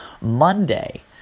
Monday